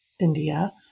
India